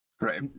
Right